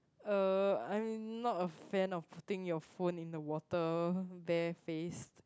uh I'm not a friend of putting your phone in the water that face